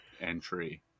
entry